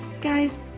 Guys